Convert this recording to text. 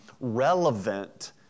relevant